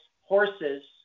Horses